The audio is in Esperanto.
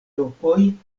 lokoj